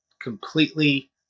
completely